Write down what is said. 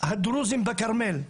הדרוזים בכרמל.